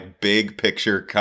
big-picture